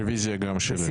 רביזיה גם שלי.